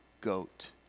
goat